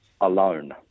alone